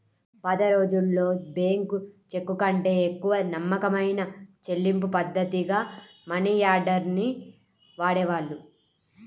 పాతరోజుల్లో బ్యేంకు చెక్కుకంటే ఎక్కువ నమ్మకమైన చెల్లింపుపద్ధతిగా మనియార్డర్ ని వాడేవాళ్ళు